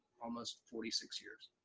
almost forty six years.